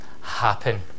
happen